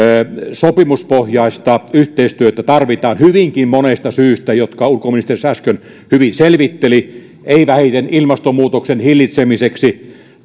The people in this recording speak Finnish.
sopimuspohjaista yhteistyötä tarvitaan hyvinkin monesta syystä jotka ulkoministeri tässä äsken hyvin selvitteli ei vähiten ilmastonmuutoksen hillitsemiseksi